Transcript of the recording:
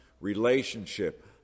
relationship